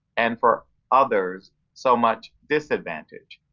and for others so much disadvantage.